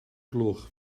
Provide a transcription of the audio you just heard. gloch